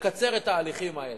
לקצר את ההליכים האלה.